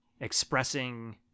expressing